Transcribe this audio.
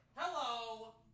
Hello